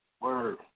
Word